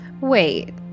Wait